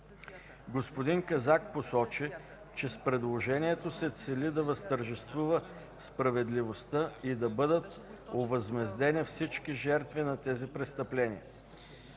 Господин Казак посочи, че с предложението се цели да възтържествува справедливостта и да бъдат овъзмездени всички жертви на тези престъпления.